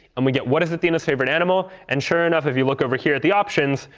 and we get, what is athena's favorite animal? and sure enough, if you look over here at the options,